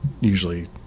usually